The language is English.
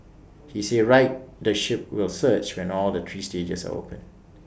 he said ridership will surge when all three stages are open